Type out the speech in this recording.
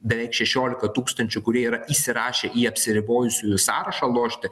beveik šešiolika tūkstančių kurie yra įsirašę į apsiribojusiųjų sąrašą lošti